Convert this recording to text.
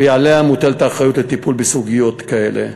ועליה מוטלת האחריות לטיפול בסוגיות כאלה.